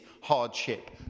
hardship